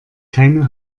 keine